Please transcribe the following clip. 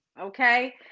okay